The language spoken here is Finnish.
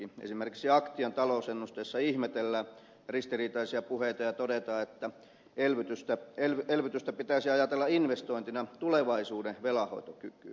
esimerkiksi aktian talousennusteessa ihmetellään ristiriitaisia puheita ja todetaan että elvytystä pitäisi ajatella investointina tulevaisuuden velanhoitokykyyn